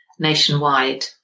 nationwide